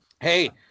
Hey